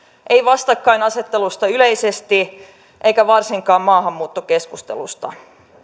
ei vastakkainasettelusta yleisesti eikä varsinkaan maahanmuuttokeskustelusta